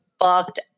fucked